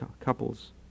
couples